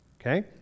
okay